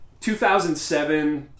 2007